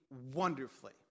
wonderfully